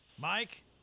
Mike